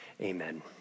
amen